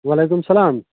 وعلیکُم السَلام